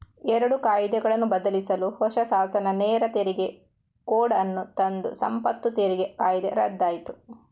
ಎರಡು ಕಾಯಿದೆಗಳನ್ನು ಬದಲಿಸಲು ಹೊಸ ಶಾಸನ ನೇರ ತೆರಿಗೆ ಕೋಡ್ ಅನ್ನು ತಂದು ಸಂಪತ್ತು ತೆರಿಗೆ ಕಾಯ್ದೆ ರದ್ದಾಯ್ತು